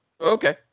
Okay